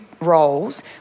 roles